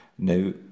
Now